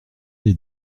les